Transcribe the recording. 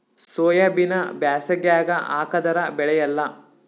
ಸೋಯಾಬಿನ ಬ್ಯಾಸಗ್ಯಾಗ ಹಾಕದರ ಬೆಳಿಯಲ್ಲಾ?